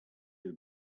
have